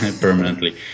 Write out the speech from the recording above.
permanently